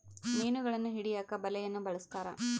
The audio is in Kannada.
ಮೀನುಗಳನ್ನು ಹಿಡಿಯಕ ಬಲೆಯನ್ನು ಬಲಸ್ಥರ